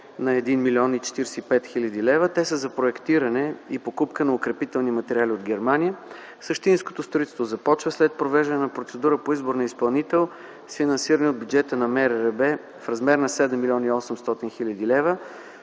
на 1 млн. 45 хил. лв. Те са за проектиране и покупка на укрепителни материали от Германия. Същинското строителство започва след провеждане на процедура по избор на изпълнител, финансиран от бюджета на Министерството на регионалното